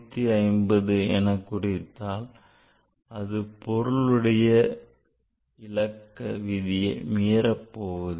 1150 என குறித்தால் அது பொருளுடைய இலக்க விதியை மீறபோவதில்லை